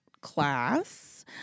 class